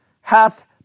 hath